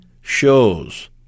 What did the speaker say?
shows